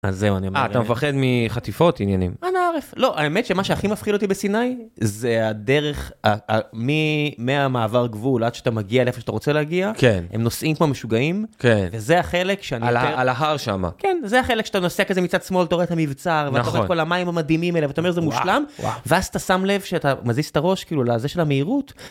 אתה מפחד מחטיפות עניינים. אנא עארף. לא האמת שמה שהכי מפחיד אותי בסיני זה הדרך מהמעבר גבול עד שאתה מגיע לאיפה שאתה רוצה להגיע. כן. הם נוסעים כמו משוגעים, כן. זה החלק שאני. על ההר שמה. כן זה החלק שאתה נוסע כזה מצד שמאל אתה רואה את המבצר נכון. את כל המים המדהימים אלה ואתה אומר זה מושלם ואז אתה שם לב שאתה מזיז את הראש כאילו לזה של המהירות